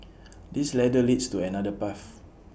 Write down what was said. this ladder leads to another path